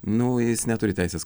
nu jis neturi teisės